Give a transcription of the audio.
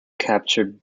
captured